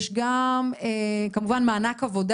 יש גם כמובן מענק עבודה,